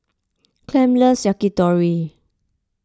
Clem loves Yakitori